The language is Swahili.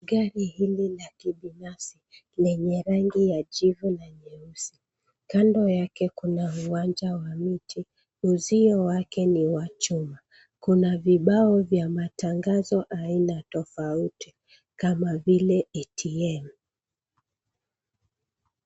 Gari hili la kibinafsi lenye rangi ya jivu na nyeusi. Kando yake kuna uwanja wa miti. Uzio wake ni wa chuma. Kuna vibao vya matangazo aina tofauti kama vile ATM.